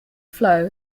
flow